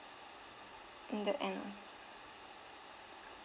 in the end